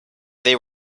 they